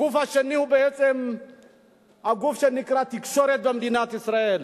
הגוף השני הוא בעצם הגוף שנקרא תקשורת במדינת ישראל.